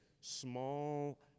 small